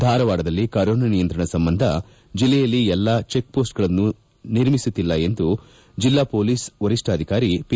ಧಾರವಾಡದಲ್ಲಿ ಕೊರೊನಾ ನಿಯಂತ್ರಣ ಸಂಬಂಧ ಜಿಲ್ಲೆಯಲ್ಲಿ ಎಲ್ಲೂ ಚೆಕ್ ಪೋಸ್ಟಗಳನ್ನು ನಿರ್ಮಿಸುತ್ತಿಲ್ಲ ಎಂದು ಜಿಲ್ಲಾ ಪೊಲೀಸ್ ವರಿಷ್ಠಾಧಿಕಾರಿ ಪಿ